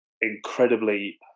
incredibly